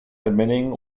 admitting